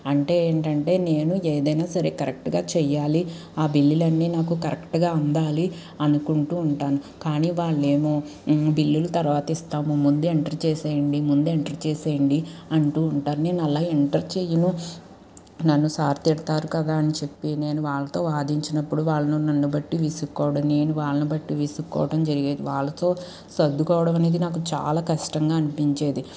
అంటే ఏంటంటే నేను ఏదైనా సరే కరెక్ట్గా చెయ్యాలి ఆ బిల్లులన్నీ నాకు కరెక్ట్గా ఉండాలి అనుకుంటూ ఉంటాను కానీ వాళ్లేమో బిల్లుల తర్వాత ఇస్తాము ముందు ఎంటర్ చేసేయండి ముందు ఎంటర్ చేసేయండి అంటూ ఉంటారు నేను అలా ఎంటర్ చేయను నన్ను సార్ తిడతారు కదా అని చెప్పి నేను వాళ్ళతో వాదించినప్పుడు వాళ్ళను నన్ను బట్టి విసుక్కోవడం నేను వాళ్ళని బట్టి విసుక్కోవడం జరిగేది వాళ్లతో సర్దుకోవడం అనేది నాకు చాలా కష్టంగా అనిపించేది